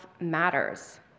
matters